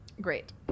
Great